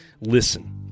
listen